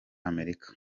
amerika